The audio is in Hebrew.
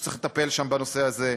וצריך לטפל שם בנושא הזה,